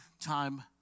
time